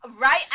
right